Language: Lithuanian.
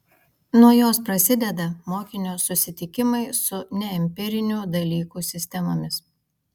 nuo jos prasideda mokinio susitikimai su neempirinių dalykų sistemomis